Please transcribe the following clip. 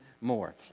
more